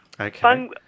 Okay